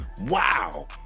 wow